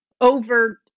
over